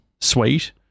sweet